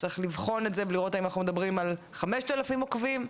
צריך לבחון את זה ולראות האם אנחנו מדברים על חמשת אלפים עוקבים,